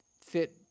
fit